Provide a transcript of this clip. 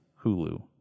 Hulu